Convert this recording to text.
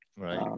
Right